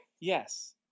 Yes